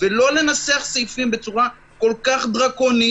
ולא לנסח סעיפים בצורה כל כך דרקונית,